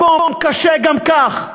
מקום קשה גם כך.